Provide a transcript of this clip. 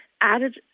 added